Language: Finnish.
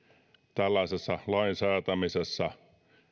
tällaisessa lainsäätämisessä